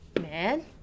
man